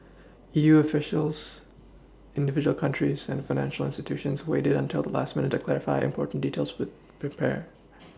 E U officials individual countries and financial institutions waited until the last minute to clarify important details with prepare